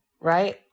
right